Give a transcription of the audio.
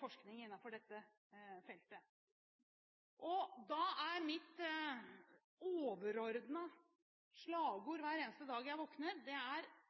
forskning innenfor dette feltet. Da er mitt